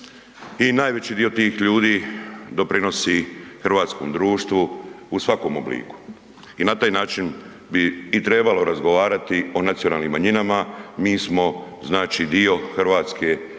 i najveći dio tih ljudi doprinosi hrvatskom društvu u svakom obliku i na taj način bi i trebalo razgovarati o nacionalnim manjinama, mi smo znači dio Hrvatske, hrvatskog